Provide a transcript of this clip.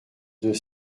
deux